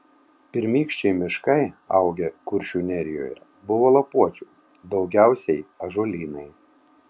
pirmykščiai miškai augę kuršių nerijoje buvo lapuočių daugiausiai ąžuolynai